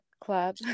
club